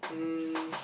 um